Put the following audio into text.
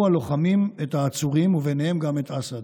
הלוחמים את העצורים וביניהם גם את אסעד.